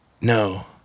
No